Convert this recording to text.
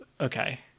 okay